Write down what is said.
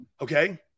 Okay